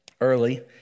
early